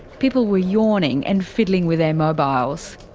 people were yawning and fiddling with their mobiles.